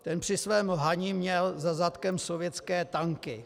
Ten při svém lhaní měl za zadkem sovětské tanky.